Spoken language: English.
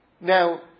now